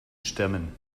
stemmen